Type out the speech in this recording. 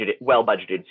well-budgeted